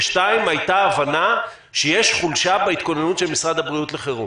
ודבר שני היתה הבנה שיש חולשה בהתכוננות של משרד הבריאות לחירום.